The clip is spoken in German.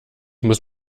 muss